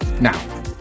Now